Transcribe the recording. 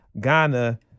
Ghana